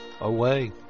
away